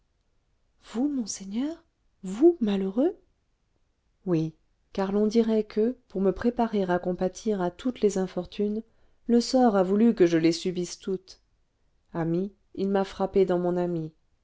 vous monseigneur vous malheureux oui car l'on dirait que pour me préparer à compatir à toutes les infortunes le sort a voulu que je les subisse toutes ami il m'a frappé dans mon ami